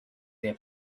their